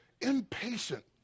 Impatient